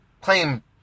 claim